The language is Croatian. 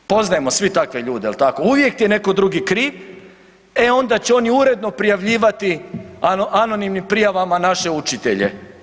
Poznajemo svi takve ljude, jel tako, uvijek ti je netko drugi kriv, e onda će oni uredno prijavljivati anonimnim prijavama naše učitelje.